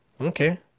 Okay